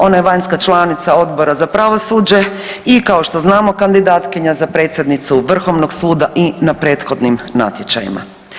Ona je vanjska članica Odbora za pravosuđe i kao što znamo, kandidatkinja za predsjednicu Vrhovnog suda i na prethodnim natječajima.